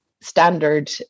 standard